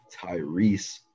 Tyrese